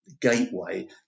gateway